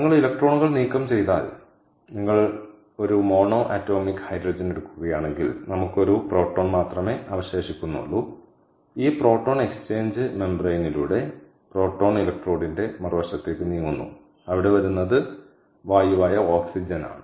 നിങ്ങൾ ഇലക്ട്രോണുകൾ നീക്കം ചെയ്താൽ നിങ്ങൾ ഒരു മോണോ ആറ്റോമിക് ഹൈഡ്രജൻ എടുക്കുകയാണെങ്കിൽ നമുക്ക് ഒരു പ്രോട്ടോൺ മാത്രമേ അവശേഷിക്കുന്നുള്ളൂ ഈ പ്രോട്ടോൺ എക്സ്ചേഞ്ച് മെംബ്രണിലൂടെ പ്രോട്ടോൺ ഇലക്ട്രോഡിന്റെ മറുവശത്തേക്ക് നീങ്ങുന്നു അവിടെ വരുന്നത് വായുവായ ഓക്സിജനാണ്